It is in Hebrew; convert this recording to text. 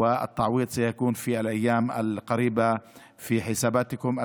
והפיצוי יהיה בימים הקרובים בחשבונות שלכם.